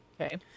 okay